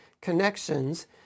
connections